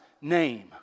name